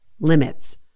limits